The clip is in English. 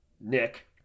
Nick